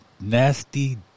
nasty